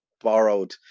borrowed